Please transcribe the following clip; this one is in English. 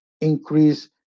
increase